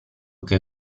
che